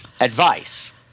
advice